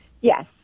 yes